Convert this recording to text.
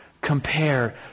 compare